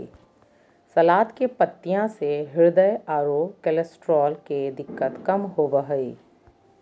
सलाद के पत्तियाँ से हृदय आरो कोलेस्ट्रॉल के दिक्कत कम होबो हइ